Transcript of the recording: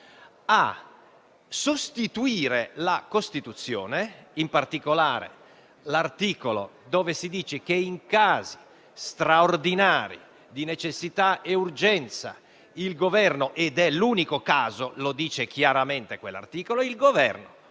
a sostituire la Costituzione, in particolare l'articolo in cui si dice che in casi straordinari di necessità e urgenza il Governo (ed è l'unico caso, lo dice chiaramente quell'articolo)